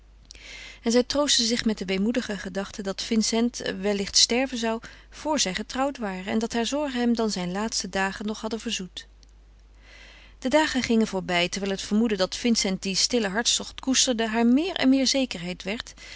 en zij troostte zich met de weemoedige gedachte dat vincent wellicht sterven zoude vor zij getrouwd waren en dat hare zorgen hem dan zijne laatste dagen nog hadden verzoet de dagen gingen voorbij terwijl het vermoeden dat vincent dien stillen hartstocht koesterde haar meer en meer zekerheid werd